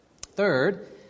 Third